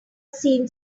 seen